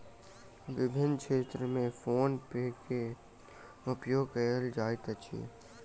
विभिन्न क्षेत्र में फ़ोन पे के उपयोग कयल जाइत अछि